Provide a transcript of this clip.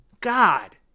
God